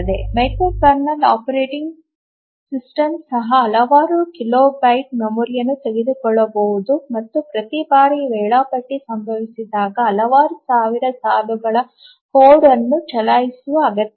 micro kernel operating system ಸಹ ಹಲವಾರು kilobyte ಮೆಮೊರಿಯನ್ನು ತೆಗೆದುಕೊಳ್ಳಬಹುದು ಮತ್ತು ಪ್ರತಿ ಬಾರಿ ವೇಳಾಪಟ್ಟಿ ಸಂಭವಿಸಿದಾಗ ಹಲವಾರು ಸಾವಿರ ಸಾಲುಗಳ ಕೋಡ್ ಅನ್ನು ಚಲಾಯಿಸುವ ಅಗತ್ಯವಿದೆ